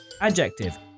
adjective